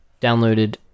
downloaded